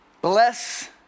Bless